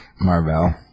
Marvel